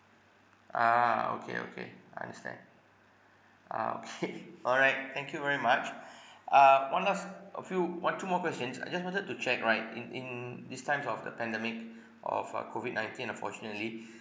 ah okay okay I understand ah okay all right thank you very much uh one last a few one two more questions I just wanted to check right in in these times of the pandemic of uh COVID nineteen fortunately